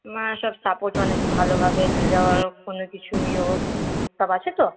না সব সাপোর্ট মানে একটু ভালোভাবে নিয়ে যাওয়া কোনো কিছু ইয়ে হোক সব আছে তো